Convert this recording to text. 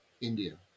india